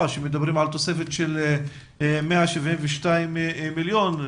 שם מדברים על תוספת של 172 מיליון שקלים.